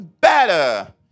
better